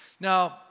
Now